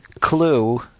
Clue